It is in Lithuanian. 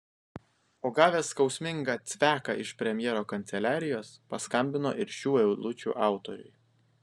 o gavęs skausmingą cveką iš premjero kanceliarijos paskambino ir šių eilučių autoriui